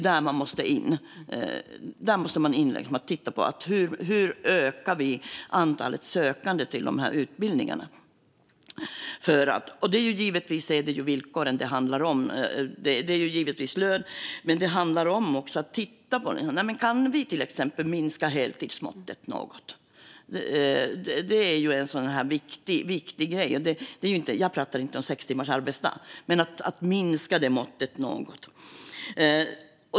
Där måste man in och titta: Hur ökar vi antalet sökande till dessa utbildningar? Givetvis är det villkoren det handlar om. Det handlar om lönen, men det handlar också om att titta på om vi exempelvis kan minska heltidsmåttet något. Det är en viktig grej. Jag pratar inte om sex timmars arbetsdag men om att minska måttet något.